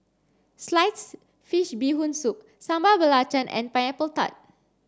sliced fish bee hoon soup Sambal Belacan and pineapple tart